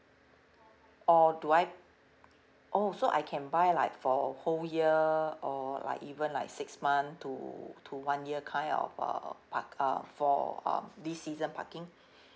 or do I oh so I can buy like for a whole year or like even like six month to to one year kind of uh park~ uh for uh this season parking